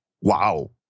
wow